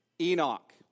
Enoch